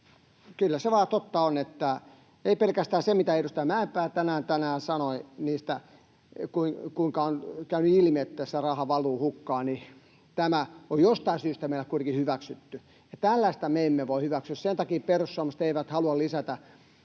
Kyllä se vain totta on, ei pelkästään se, mitä edustaja Mäenpää tänään sanoi, kuinka on käynyt ilmi, että sitä rahaa valuu hukkaan, vaan myös se, että tämä on jostain syystä meillä kuitenkin hyväksytty. Ja tällaista me emme voi hyväksyä. Sen takia perussuomalaiset eivät halua lisätä